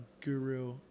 guru